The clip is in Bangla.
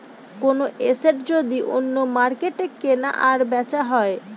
কোনো এসেট যদি অন্য মার্কেটে কেনা আর বেচা হয়